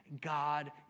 God